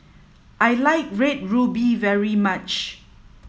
I like red ruby very much